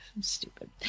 stupid